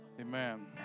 Amen